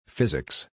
Physics